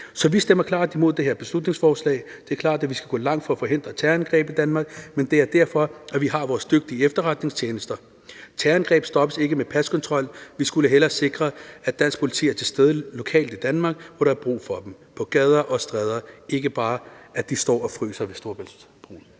Så vi stemmer klart imod det her beslutningsforslag. Det er klart, at vi skal gå langt for at forhindre terrorangreb i Danmark, men det er derfor, vi har vores dygtige efterretningstjenester. Terrorangreb stoppes ikke med paskontrol. Vi skulle hellere sikre, at dansk politi er til stede lokalt i Danmark, hvor der er brug for dem på gader og stræder og ikke bare ved Øresundsbroen, hvor